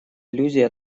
иллюзий